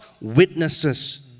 witnesses